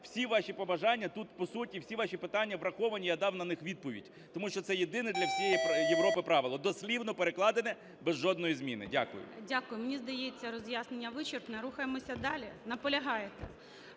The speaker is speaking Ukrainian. всі ваші побажання тут по суті, всі ваші питання враховані, я дав на них відповідь. Тому що це єдине для всієї Європи правило, дослівно перекладене, без жодної зміни. Дякую. ГОЛОВУЮЧИЙ. Дякую. Мені здається роз'яснення вичерпне. Рухаємося далі? Наполягаєте?